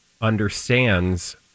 understands